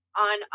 on